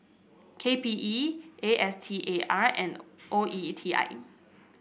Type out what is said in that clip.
K P E A S T A R and O E T I